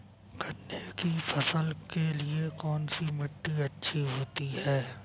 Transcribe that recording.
गन्ने की फसल के लिए कौनसी मिट्टी अच्छी होती है?